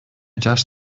жаш